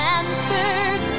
answers